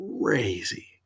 crazy